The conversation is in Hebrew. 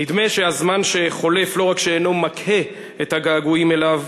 נדמה שהזמן שחולף לא רק שאינו מקהה את הגעגועים אליו,